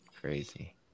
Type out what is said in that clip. Crazy